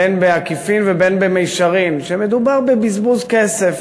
בין בעקיפין ובין במישרין, שמדובר בבזבוז כסף.